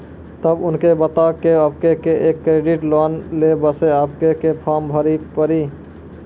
तब उनके बता के आपके के एक क्रेडिट लोन ले बसे आपके के फॉर्म भरी पड़ी?